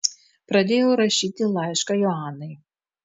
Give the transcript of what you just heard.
pradėjau rašyti laišką joanai